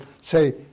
say